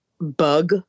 Bug